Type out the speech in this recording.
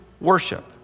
worship